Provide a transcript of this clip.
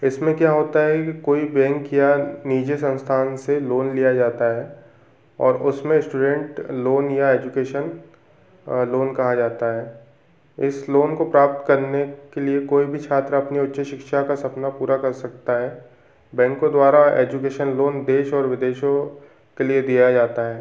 इसमें क्या होता हे कि कोई बैंक या निजी संस्थान से लोन लिया जाता है और उसमें स्टुडेन्ट या एजुकेशन लोन कहा जाता है इस लोन को प्राप्त करने के लिए कोई भी छात्र अपनी उच्च शिक्षा का सपना पूरा कर सकता है बैंकों द्वारा एजुकेशन लोन देश और विदेशों के लिए दिया जाता है